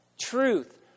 truth